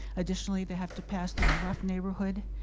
additionally, they have to pass through a rough neighborhood,